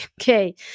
Okay